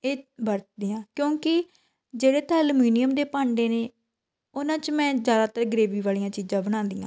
ਇਹ ਵਰਤਦੀ ਹਾਂ ਕਿਉਂਕਿ ਜਿਹੜੇ ਤਾਂ ਅਲਮੀਨੀਅਮ ਦੇ ਭਾਂਡੇ ਨੇ ਉਹਨਾਂ 'ਚ ਮੈਂ ਜ਼ਿਆਦਾਤਰ ਗਰੇਵੀ ਵਾਲੀਆਂ ਚੀਜ਼ਾਂ ਬਣਾਉਂਦੀ ਹਾਂ